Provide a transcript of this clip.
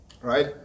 Right